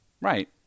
Right